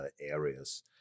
areas